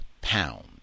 pound